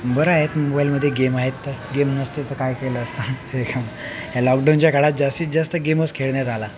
बरं आहे मोबाइलमध्ये गेम आहेत तर गेम नसते तर काय केलं असतं लॉकडाऊनच्या काळात जास्तीत जास्त गेमच खेळण्यात आला